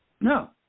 No